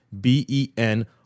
B-E-N